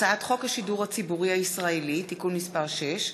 הצעת חוק השידור הציבורי הישראלי (תיקון מס' 6),